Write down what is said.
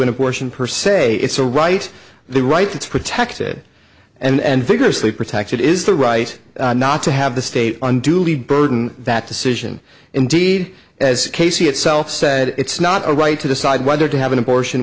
an abortion per se it's a right the right that's protected and vigorously protected is the right not to have the state unduly burden that decision indeed as casey itself said it's not a right to decide whether to have an abortion